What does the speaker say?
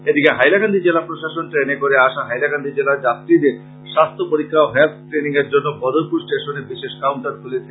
এদিকে হাইলাকান্দি জেলা প্রশাসন ট্রেনে করে আসা হাইলাকান্দি জেলার যাত্রীদের স্বাস্থ্য পরীক্ষা ও হেলথ স্ক্রিনিং এর জন্য বদরপুর স্টেশনে বিশেষ কাউন্টার খুলেছে